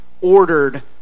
ordered